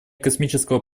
космического